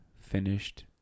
finished